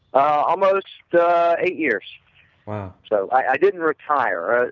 almost eight years wow! so, i didn't retire, ah